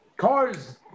Cars